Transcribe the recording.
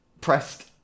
Pressed